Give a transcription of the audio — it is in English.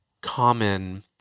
common